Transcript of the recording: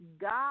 God